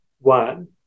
one